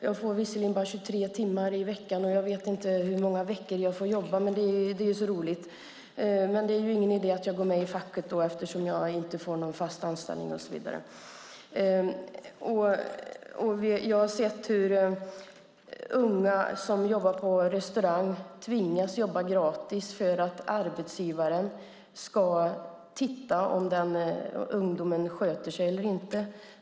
Jag får visserligen bara jobba 23 timmar i veckan, och jag vet inte hur många veckor jag får jobba, men det är så roligt. Men det är ju ingen idé att jag går med i facket eftersom jag inte får någon fast anställning. Jag har också sett hur unga som jobbar på restaurang tvingas att jobba gratis för att arbetsgivaren ska se om de sköter sig eller inte.